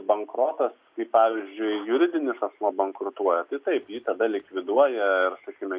bankrotas kai pavyzdžiui juridinis asmuo bankrutuoja tai taip jį tada likviduoja ir sakykime